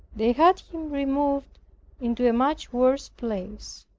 they had him removed into a much worse place.